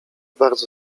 bardzo